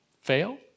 fail